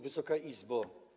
Wysoka Izbo!